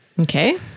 Okay